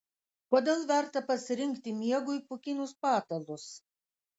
kodėl verta pasirinkti miegui pūkinius patalus